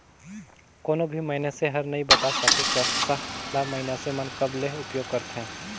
कोनो भी मइनसे हर नइ बता सके, कपसा ल मइनसे मन कब ले उपयोग करथे